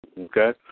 Okay